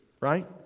right